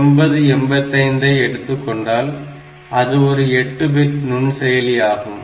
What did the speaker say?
8085 ஐ எடுத்துக் கொண்டால் அது ஒரு 8 பிட் நுண்செயலி ஆகும்